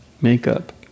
makeup